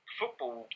football